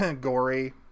gory